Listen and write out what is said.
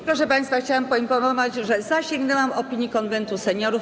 Proszę państwa, chciałam poinformować, że zasięgnęłam opinii Konwentu Seniorów.